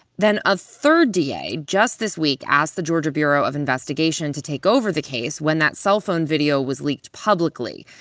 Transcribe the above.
then, a third da, just this week, asked the georgia bureau of investigation to take over the case when that cellphone video was leaked publicly.